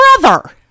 brother